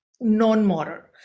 non-motor